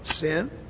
sin